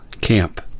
camp